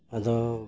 ᱟᱫᱚ